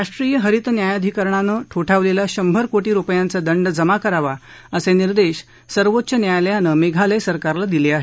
राष्ट्रीय हरित न्यायाधिकरणानं ठोठावलेला शंभर कोर्टी रुपयांचा दंड जमा करावा असे निर्देश सर्वोच्च न्यायालयानं मेघालय सरकारला दिले आहेत